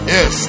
Yes